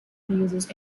uses